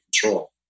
control